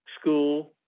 school